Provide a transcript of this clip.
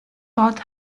taught